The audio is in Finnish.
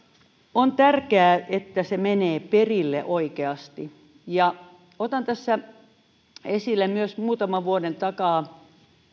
on tärkeää että se menee perille oikeasti otan tässä esille asian myös muutaman vuoden takaa